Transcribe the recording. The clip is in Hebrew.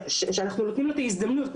שאנחנו נותנים לו את ההזדמנות,